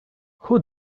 who